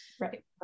Right